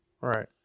right